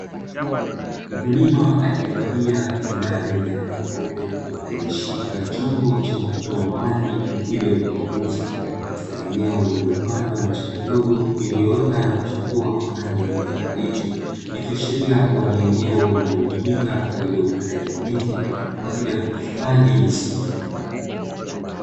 Mkulima aliyevalia fulana yenye rangi nyeupe, aliyeshika chombo chenye kutoa maji mithili ya kunyunyuza, katika eneo lililopandwa miche midogo iliyoota na kuchipua kwa rangi ya kijani kibichi, ikiashiria kuwa ni eneo linalotumika kwa ajili ya upandaji wa miti, kwa ajili ya kuhifadhi misitu.